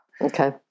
Okay